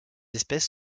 espèce